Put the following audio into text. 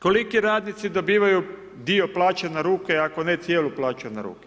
Koliki radnici dobivaju dio plaće na ruke ako ne cijelu plaću na ruke?